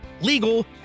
legal